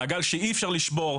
מעגל שאי אפשר לשבור.